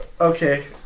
Okay